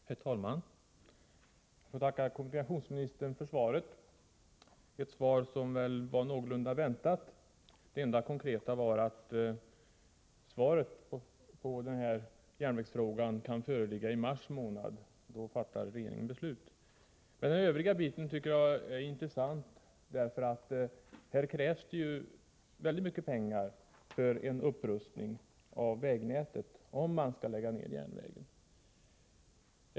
Herr talman! Jag tackar kommunikationsministern för svaret. Innehållet i svaret var någorlunda väntat. Det enda konkreta var att beskedet om den aktuella järnvägen kan föreligga i mars månad. Då fattar regeringen beslut. Men även den övriga biten är intressant. Det krävs mycket pengar för en upprustning av vägnätet, om man skall lägga ned järnvägen.